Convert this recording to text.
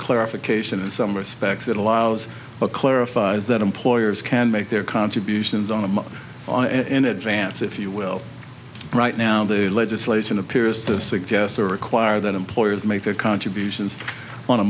clarification in some respects it allows a clarifies that employers can make their contributions on a month in advance if you will right now the legislation appears to suggest to require that employers make their contributions on a